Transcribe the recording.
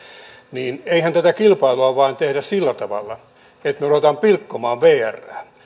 niin eihän tätä kilpailua vain tehdä sillä tavalla että me rupeamme pilkkomaan vrää